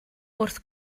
wrth